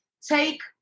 Take